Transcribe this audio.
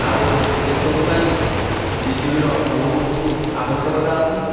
ଆଉ ଏସବୁ ପାଇଁ ବିଜୁଳିର ବହୁତ ଆବଶ୍ୟକତା ଅଛି